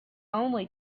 only